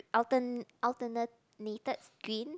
altern~ alternated green